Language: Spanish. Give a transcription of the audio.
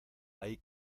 hay